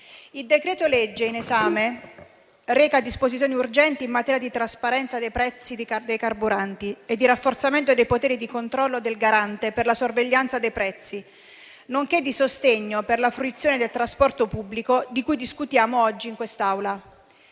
il decreto-legge in esame reca disposizioni urgenti in materia di trasparenza dei prezzi dei carburanti e di rafforzamento dei poteri di controllo del Garante per la sorveglianza dei prezzi, nonché di sostegno per la fruizione del trasporto pubblico. È evidente che si tratta